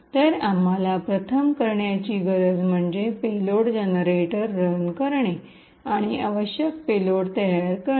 तर आम्हाला प्रथम करण्याची गरज म्हणजे पेलोड जनरेटर रन करणे आणि आवश्यक पेलोड तयार करणे